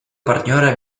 партнеры